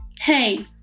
Hey